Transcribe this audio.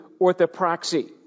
orthopraxy